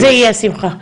זה יהיה, שמחה.